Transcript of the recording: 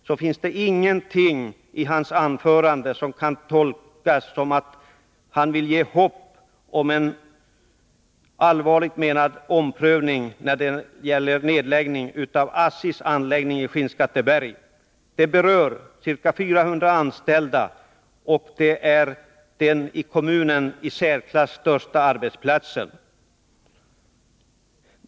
Det finns ingenting i hans anförande som kan tolkas så att han vill ge ett hopp om en allvarligt menad omprövning när det gäller en nedläggning av ASSI anläggningen i Skinnskatteberg. Cirka 400 anställda är berörda, och det gäller den i kommunen i särklass största arbetsplatsen.